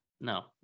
no